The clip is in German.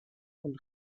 und